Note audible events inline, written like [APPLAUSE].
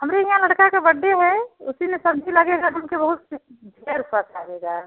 हमरे यहाँ लड़का का बड्डे है उसी में सब्ज़ी लगेगा जो कि बहुत [UNINTELLIGIBLE] ढेर [UNINTELLIGIBLE]